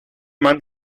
man